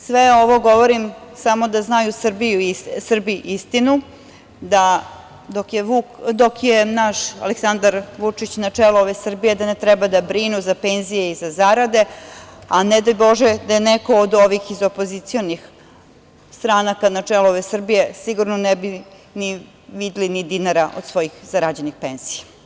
Sve ovo govorim samo da znaju Srbi istinu, da dok je naš Aleksandar Vučić na čelu ove Srbije da ne treba da brinu za penzije i za zarade, a ne daj Bože, da je neko od ovih iz opozicionih stranaka na čelu ove Srbije, sigurno ne bi ni videli ni dinara od svojih zarađenih penzija.